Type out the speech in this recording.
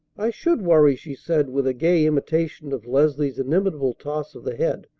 i should worry, she said with a gay imitation of leslie's inimitable toss of the head,